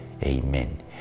Amen